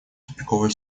тупиковая